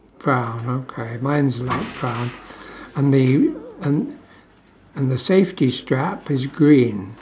brown okay mine is light brown and the and and the safety strap is green